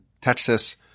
Texas